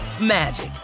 magic